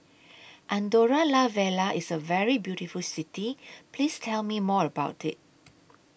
Andorra La Vella IS A very beautiful City Please Tell Me More about IT